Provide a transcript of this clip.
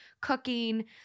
cooking